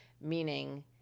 Meaning